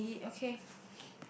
I see okay